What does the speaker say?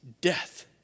death